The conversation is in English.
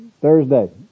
Thursday